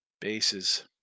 bases